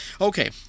Okay